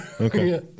Okay